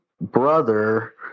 brother